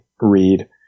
read